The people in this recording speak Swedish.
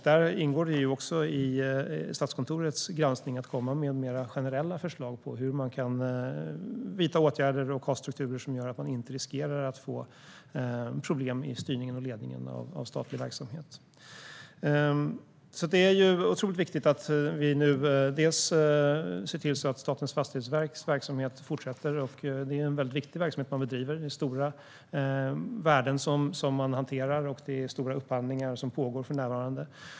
Det ingår i Statskontorets granskning att komma med mer generella förslag på hur man kan vidta åtgärder och ha strukturer som gör att man inte riskerar att få problem i styrningen och ledningen av statlig verksamhet. Det är otroligt viktigt att vi nu ser till att Statens fastighetsverks verksamhet fortsätter, för det är en viktig verksamhet man bedriver. Det är stora värden man hanterar, och det är stora upphandlingar som pågår för närvarande.